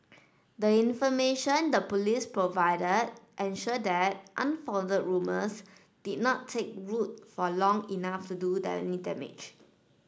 the information the Police provided ensure that unfounded rumours did not take root for long enough to do any damage